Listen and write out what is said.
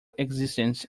existence